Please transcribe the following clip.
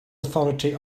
authority